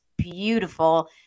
beautiful